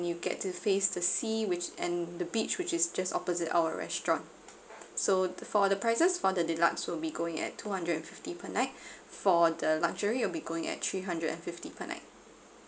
you get to face the sea which and the beach which is just opposite our restaurant so for the prices for the deluxe will be going at two hundred and fifty per night for the luxury will be going at three hundred and fifty per night